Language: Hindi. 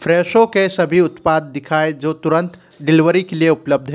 फ़्रेशो के सभी उत्पाद दिखाएँ जो तुरंत डिलीवरी के लिए उपलब्ध हैं